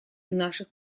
наших